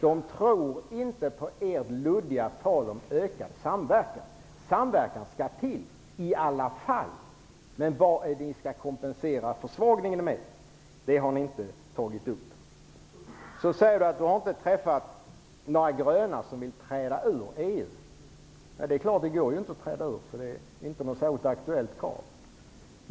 De tror inte på ert luddiga tal om ökad samverkan. Ett samarbete skall bedrivas i alla fall, men ni har inte redovisat vad ni skall kompensera försvagningen med. Vidare sade Carl Bildt att han inte hade träffat några gröna företrädare som vill träda ut ur EU. Ja, det går ju inte att träda ut, så det kravet är inte aktuellt.